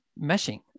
meshing